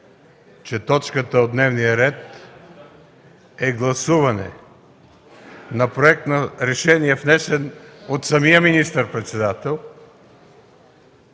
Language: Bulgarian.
че точката от дневния ред е гласуване на Проект за решение, внесен от самия министър-председател,